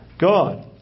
God